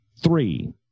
Three